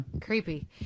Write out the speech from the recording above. Creepy